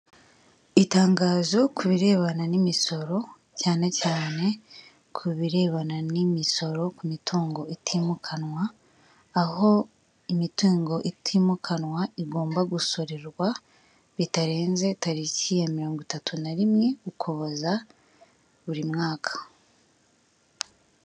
Itangazo ku birebana n' imisoro, cyane cyane ku birebana n'imisoro ku mitungo itimukanwa, aho imitungo itimukanwa igomba gusorerwa bitarenze taliki ya mirongo itatu na rimwe ukuboza buri mwaka.